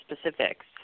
specifics